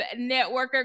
networker